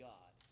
God